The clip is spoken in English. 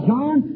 John